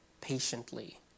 patiently